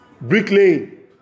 bricklaying